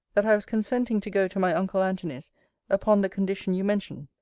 that i was consenting to go to my uncle antony's upon the condition you mention.